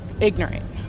Ignorant